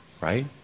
right